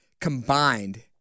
Combined